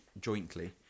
jointly